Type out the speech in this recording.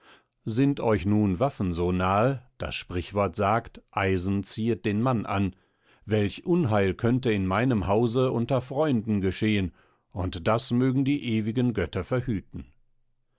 sind euch nun waffen so nahe das sprichwort sagt eisen ziehet den mann an welch unheil könnte in meinem hause unter freunden geschehen und das mögen die ewigen götter verhüten